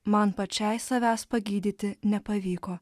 man pačiai savęs pagydyti nepavyko